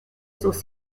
sus